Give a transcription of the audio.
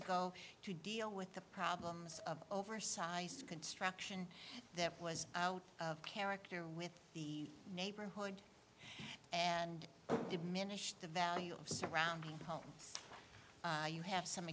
ago to deal with the problems of oversized construction that was out of character with the neighborhood and diminished the value of surrounding homes you have some